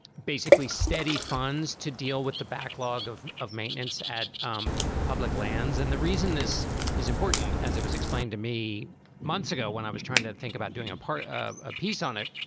basically steady funds to deal with the backlog of of maintenance at um public lands. and the reason this is important, as it was explained to me months ago when i was trying to think about doing a part, a piece on it,